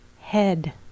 head